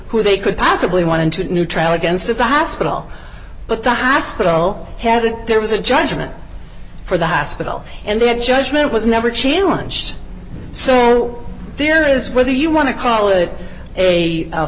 who they could possibly want to a new trial against is the hospital but the hospital had it there was a judgment for the hospital and their judgment was never challenge so there is whether you want to call it a